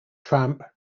tramp